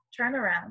turnaround